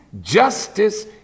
justice